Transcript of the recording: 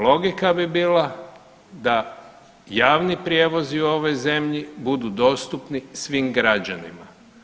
Logika bi bila da javni prijevozi u ovoj zemlji budu dostupni svim građanima.